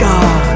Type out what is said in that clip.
God